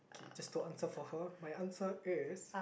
just don't answer for her my answer is